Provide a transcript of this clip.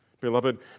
Beloved